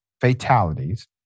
fatalities